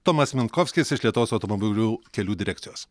tomas minkovskis iš lietuvos automobilių kelių direkcijos